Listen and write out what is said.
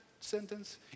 sentence